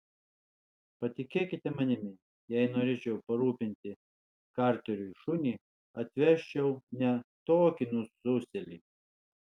patikėkite manimi jei norėčiau parūpinti karteriui šunį atvesčiau ne tokį nususėlį